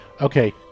okay